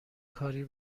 کاری